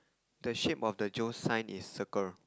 the shape of the Joe's sign is circle